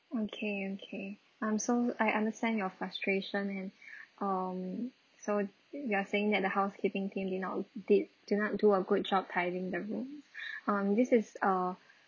okay okay um so I understand your frustration and um so you are saying that the housekeeping team did not did do not do a good job tidying the room um this is uh